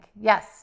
Yes